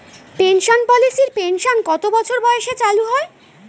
Pension পলিসির pension কত বছর বয়সে চালু হয়?